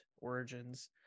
origins